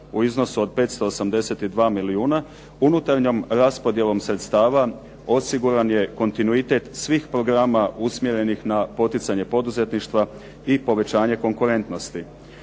u iznosu od 582 milijuna unutarnjom raspodjelom sredstava osiguran je kontinuitet svih programa usmjerenih na poticanje poduzetništva i povećanje konkurentnosti.